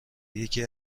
یکی